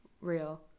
real